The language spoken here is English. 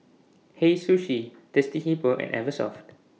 Hei Sushi Thirsty Hippo and Eversoft